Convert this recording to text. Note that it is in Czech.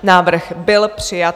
Návrh byl přijat.